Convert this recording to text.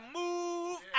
move